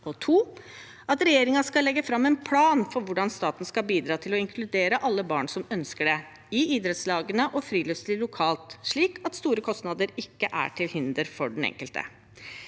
er at regjeringen skal legge fram en plan for hvordan staten skal bidra til å inkludere alle barn som ønsker det, i idrettslagene og friluftsliv lokalt, slik at store kostnader ikke er til hinder for deltakelsen